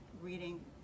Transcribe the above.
reading